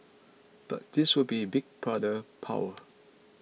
but this would be Big Brother power